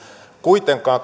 kuitenkaan